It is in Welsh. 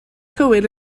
cywir